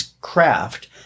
craft